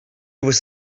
was